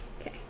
Okay